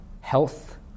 health